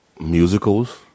musicals